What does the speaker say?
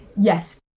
yes